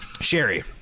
Sherry